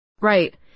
Right